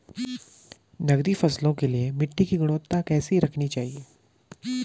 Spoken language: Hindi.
नकदी फसलों के लिए मिट्टी की गुणवत्ता कैसी रखनी चाहिए?